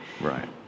Right